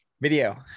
Video